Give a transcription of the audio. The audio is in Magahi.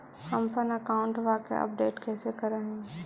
हमपन अकाउंट वा के अपडेट कैसै करिअई?